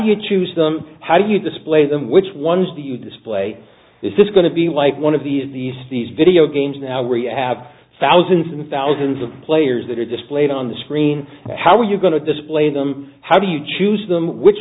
you choose them how do you display them which ones do you display is this going to be like one of these nice these video games now where you have thousands and thousands of players that are displayed on the screen how are you going to display them how do you choose them which